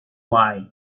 lie